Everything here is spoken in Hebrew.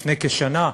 לפני כשנה,